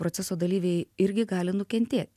proceso dalyviai irgi gali nukentėti